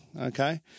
Okay